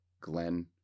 Glenn